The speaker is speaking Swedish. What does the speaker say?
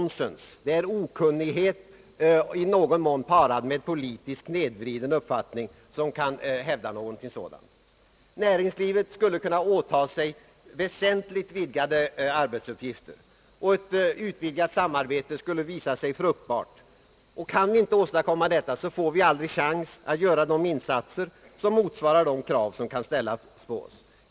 Det är okunnighet, i någon mån parad med politiskt snedvriden uppfattning, att hävda något sådant. Näringslivet kan om man får dessa garantier åta sig väsentligt vidgade arbetsuppgifter, och ett utvidgat samarbete skulle visa sig fruktbart. Kan vi inte åstadkomma detta, får vi aldrig chans att göra de insatser som motsvarar de krav som kan ställas på oss.